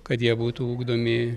kad jie būtų ugdomi